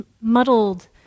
muddled